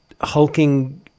hulking